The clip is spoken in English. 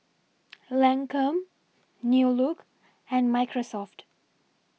Lancome New Look and Microsoft